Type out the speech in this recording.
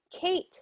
Kate